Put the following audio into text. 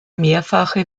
mehrfache